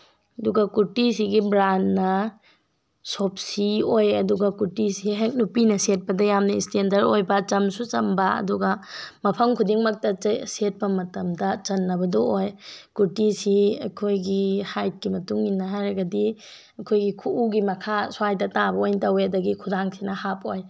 ꯑꯗꯨꯒ ꯀꯨꯔꯇꯤꯁꯤꯒꯤ ꯕ꯭ꯔꯥꯟꯅ ꯁꯣꯞꯁꯤ ꯑꯣꯏ ꯑꯗꯨꯒ ꯀꯨꯔꯇꯤꯁꯤ ꯍꯦꯛ ꯅꯨꯄꯤꯅ ꯁꯦꯠꯄꯗ ꯌꯥꯝꯅ ꯁ꯭ꯇꯦꯟꯗꯔ ꯑꯣꯏꯕ ꯆꯝꯁꯨ ꯆꯝꯕ ꯑꯗꯨꯒ ꯃꯐꯝ ꯈꯨꯗꯤꯡꯃꯛꯇ ꯁꯦꯠꯄ ꯃꯇꯝꯗ ꯆꯟꯅꯕꯗꯨ ꯑꯣꯏ ꯀꯨꯔꯇꯤꯁꯤ ꯑꯩꯈꯣꯏꯒꯤ ꯍꯥꯏꯠꯀꯤ ꯃꯇꯨꯡ ꯏꯟꯅ ꯍꯥꯏꯔꯒꯗꯤ ꯑꯩꯈꯣꯏꯒꯤ ꯈꯨꯎꯒꯤ ꯃꯈꯥ ꯁ꯭ꯋꯥꯏꯗ ꯇꯥꯕ ꯑꯣꯏꯅ ꯇꯧꯏ ꯑꯗꯨꯗꯒꯤ ꯈꯨꯗꯥꯡꯁꯤꯅ ꯍꯥꯞ ꯑꯣꯏ